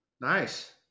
Nice